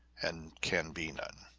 and can be none.